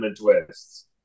twists